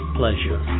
pleasure